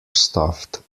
stuffed